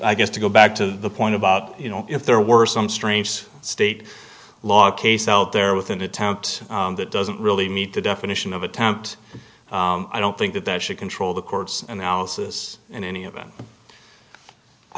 i guess to go back to the point about you know if there were some strange state law case out there with an attempt that doesn't really need to definition of attempt i don't think that that should control the court's analysis in any event i